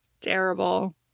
terrible